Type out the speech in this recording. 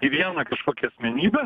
į vieną kažkokią asmenybę